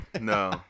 no